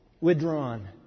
withdrawn